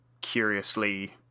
Curiously